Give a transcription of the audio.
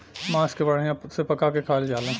मांस के बढ़िया से पका के खायल जाला